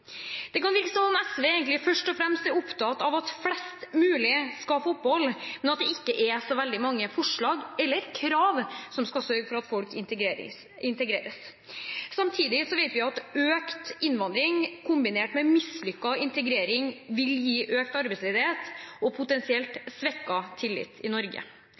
Det kan virke som om SV først og fremst er opptatt av at flest mulig skal få opphold, men at det ikke er så veldig mange forslag eller krav som skal sørge for at folk integreres. Samtidig vet vi at økt innvandring kombinert med mislykket integrering vil gi økt arbeidsledighet og potensielt svekket tillit i Norge.